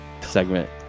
segment